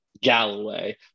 Galloway